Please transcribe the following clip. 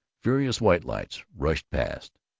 furious white lights rushed past,